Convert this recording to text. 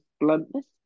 bluntness